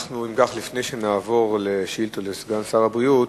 אם כך, לפני שנעבור לשאילתות לסגן שר הבריאות,